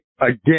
again